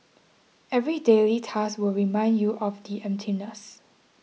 every daily task will remind you of the emptiness